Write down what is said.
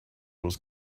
was